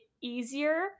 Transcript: easier